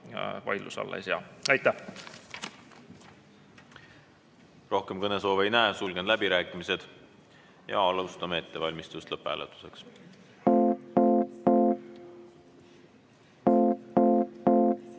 vaidluse alla ei sea. Aitäh! Rohkem kõnesoove ei näe. Sulgen läbirääkimised ja alustame ettevalmistust lõpphääletuseks. Austatud